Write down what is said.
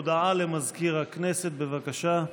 הודעה למזכיר הכנסת, בבקשה.